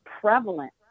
prevalent